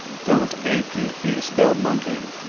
don't a p e spell monkey?